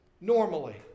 normally